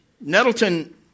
Nettleton